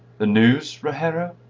the news, rogero?